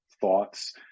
thoughts